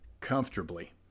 comfortably